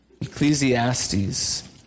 Ecclesiastes